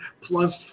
plus